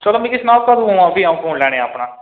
चलो मिगी सनाओ कदूं आवां भी अ'ऊं फोन लैने ई अपना